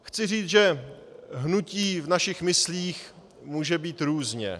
Chci říct, že hnutí v našich myslích může být různé.